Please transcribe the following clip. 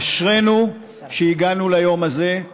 אשרינו שהגענו ליום הזה.